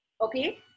okay